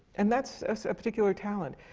and that's a particular talent.